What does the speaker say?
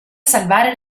salvare